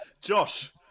Josh